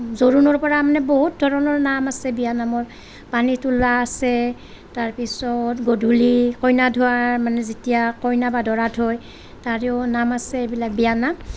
জোৰণৰ পৰা মানে বহুত ধৰণৰ নাম আছে বিয়ানামৰ পানী তোলা আছে তাৰপিছত গধূলি কইনা ধোৱাৰ মানে যেতিয়া কইনা বা দৰা থয় তাৰেও নাম আছে এইবিলাক বিয়ানাম